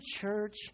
church